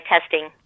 testing